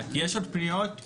יש עוד פניות,